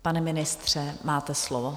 Pane ministře, máte slovo.